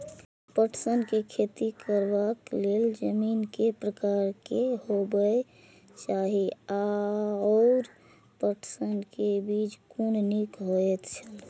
पटसन के खेती करबाक लेल जमीन के प्रकार की होबेय चाही आओर पटसन के बीज कुन निक होऐत छल?